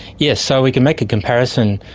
yes. so we can make a comparison,